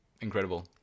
incredible